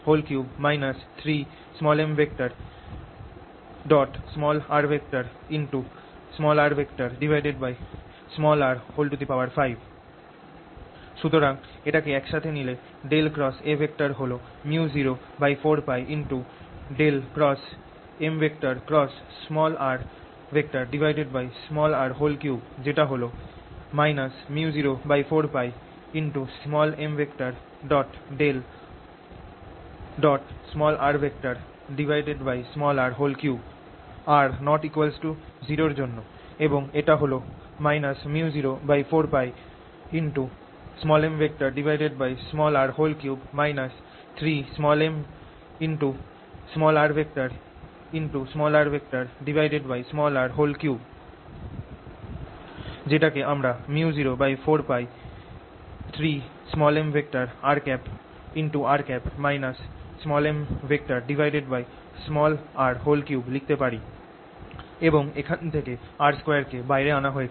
mz mr3 rr5 সুতরাং এটাকে একসাথে নিলে xA হল µ04π x যেটা হল µ04π m r ≠ 0 এর জন্য এবং এটা হল µ04πmr3 3mrrr5 যেটাকে আমরা µ04π3mrr mr3 লিখতে পারি এবং এখানে r2 কে বাইরে আনা হয়েছে